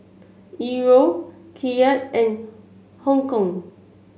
Euro Kyat and Hong Kong